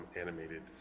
animated